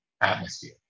atmosphere